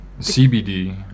cbd